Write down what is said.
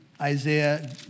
Isaiah